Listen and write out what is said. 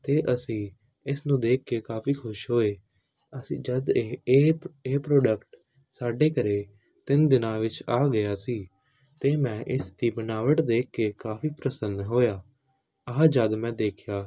ਅਤੇ ਅਸੀਂ ਇਸ ਨੂੰ ਦੇਖ ਕੇ ਕਾਫੀ ਖੁਸ਼ ਹੋਏ ਅਸੀਂ ਜਦੋਂ ਇਹ ਇਹ ਇਹ ਪ੍ਰੋਡਕਟ ਸਾਡੇ ਘਰ ਤਿੰਨ ਦਿਨਾਂ ਵਿੱਚ ਆ ਗਿਆ ਸੀ ਅਤੇ ਮੈਂ ਇਸ ਦੀ ਬਣਾਵਟ ਦੇਖ ਕੇ ਕਾਫੀ ਪ੍ਰਸੰਨ ਹੋਇਆ ਆਹ ਜਦੋਂ ਮੈਂ ਦੇਖਿਆ